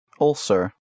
Ulcer